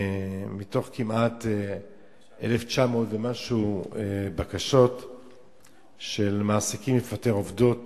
מתוך כמעט 1,900 ומשהו בקשות של מעסיקים לפטר עובדות